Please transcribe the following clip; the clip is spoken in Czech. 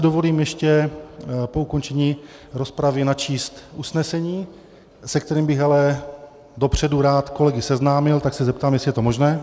Dovolím si ještě po ukončení rozpravy načíst usnesení, se kterým bych ale dopředu rád kolegy seznámil, tak se zeptám, jestli je to možné.